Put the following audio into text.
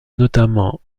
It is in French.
notamment